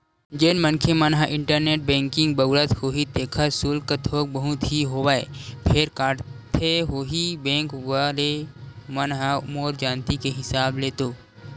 जेन मनखे मन ह इंटरनेट बेंकिग बउरत होही तेखर सुल्क थोक बहुत ही होवय फेर काटथे होही बेंक वले मन ह मोर जानती के हिसाब ले तो